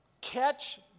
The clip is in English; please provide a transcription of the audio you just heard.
catch